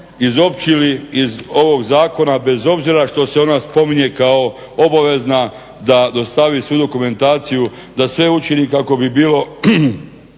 izopćili iz ovog zakona bez obzira što se ona spominje kako obavezna da dostavi svu dokumentaciju, da sve učini kako bi bilo